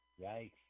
Yikes